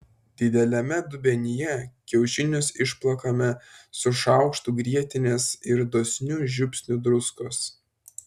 dideliame dubenyje kiaušinius išplakame su šaukštu grietinės ir dosniu žiupsniu druskos